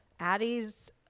Addie's